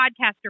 podcaster